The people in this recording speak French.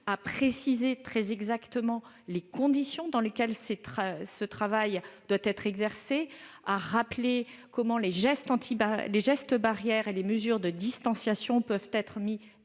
à préciser très exactement les conditions dans lesquelles les activités doivent être exercées, à rappeler comment les gestes barrières et les mesures de distanciation peuvent être